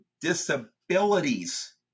disabilities